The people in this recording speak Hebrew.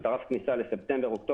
את רף הכניסה לספטמבר-אוקטובר,